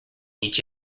each